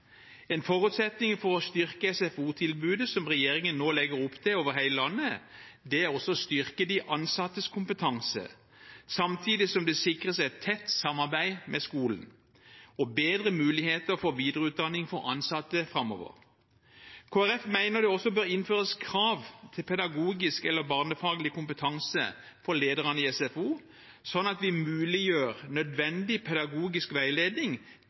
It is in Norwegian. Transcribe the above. En forutsetning for å styrke SFO-tilbudet over hele landet, som regjeringen nå legger opp til, er også å styrke de ansattes kompetanse, samtidig som det sikres et tett samarbeid med skolen og bedre muligheter for videreutdanning for ansatte framover. Kristelig Folkeparti mener det også bør innføres krav til pedagogisk eller barnefaglig kompetanse for lederne i SFO, sånn at vi muliggjør nødvendig pedagogisk veiledning